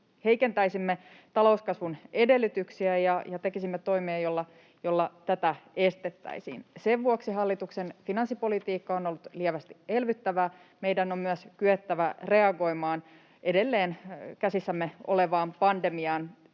heikentäisimme talouskasvun edellytyksiä ja tekisimme toimia, joilla tätä estettäisiin. Sen vuoksi hallituksen finanssipolitiikka on ollut lievästi elvyttävää. Meidän on myös kyettävä reagoimaan edelleen käsissämme olevaan pandemiaan